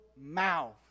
mouth